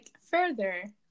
further